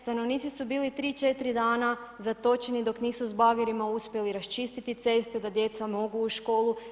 Stanovnici su bili 3, 4 dana zatočeni dok nisu s bagerima uspjeli raščistiti cestu da djeca mogu u školu.